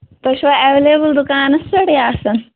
تُہۍ چھِوا ایٚویلیبُل دُکانس پٮ۪ٹھٕے آسان